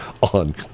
on